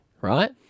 right